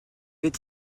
êtes